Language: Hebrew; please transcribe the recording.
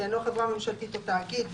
שאינו חברה ממשלתית או תאגיד.